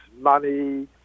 money